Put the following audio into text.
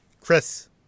chris